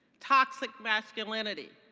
toxic masculinity,